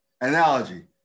analogy